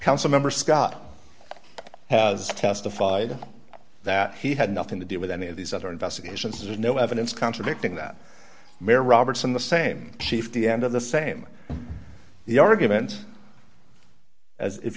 council member scott has testified that he had nothing to do with any of these other investigations is no evidence contradicting that mare robertson the same chief the end of the same the argument as if